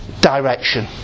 direction